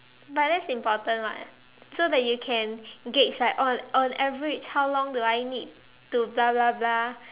but that's important [what] so that you can gauge like on on average how long do I need to blah blah blah